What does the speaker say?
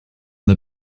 the